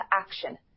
action